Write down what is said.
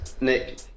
Nick